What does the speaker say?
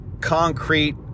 concrete